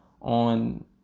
on